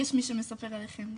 יש מי שמספר עליכם.